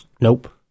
Nope